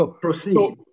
proceed